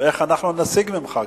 איך אנחנו נשיג ממך גם,